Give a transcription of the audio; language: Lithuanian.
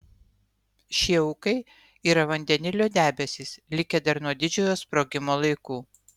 šie ūkai yra vandenilio debesys likę dar nuo didžiojo sprogimo laikų